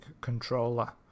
controller